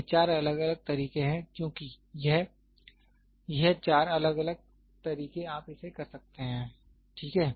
यह चार अलग अलग तरीके हैं क्योंकि यह यह चार अलग अलग तरीके आप इसे कर सकते हैं ठीक है